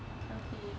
okay okay